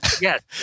Yes